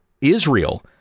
Israel